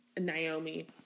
Naomi